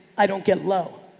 i don't get low.